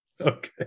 Okay